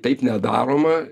taip nedaroma